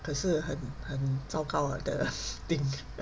可是很很糟糕 the thing